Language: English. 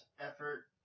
effort